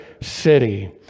city